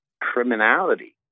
criminality